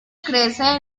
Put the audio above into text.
crece